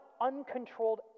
uncontrolled